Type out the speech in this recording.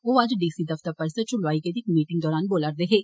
ओह अज्ज D C दफ्तर परिसर च लोआई गेदी इक मीटिंग दौरान बोल'रदे हे